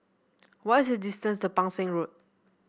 what's the distance to Pang Seng Road